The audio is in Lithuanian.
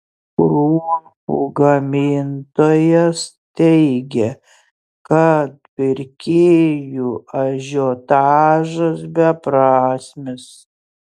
kruopų gamintojas teigia kad pirkėjų ažiotažas beprasmis